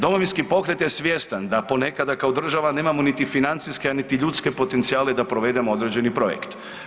Domovinski pokret je svjestan da ponekada kao država nemamo niti financijske, a niti ljudske potencijale da provedemo određeni projekt.